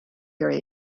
very